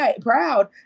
proud